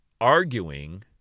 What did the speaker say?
arguing